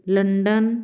London